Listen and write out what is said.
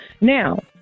Now